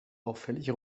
auffällig